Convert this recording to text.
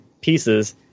pieces